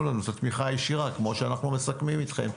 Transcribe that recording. את התמיכה הישירה כמו שמסכמים אתכם,